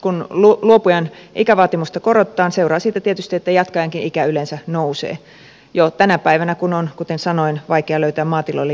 kun luopujan ikävaatimusta korotetaan seuraa siitä tietysti että jatkajankin ikä yleensä nousee jo tänä päivänä kun on kuten sanoin vaikea löytää maatiloille jatkajia